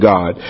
God